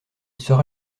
sera